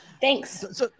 Thanks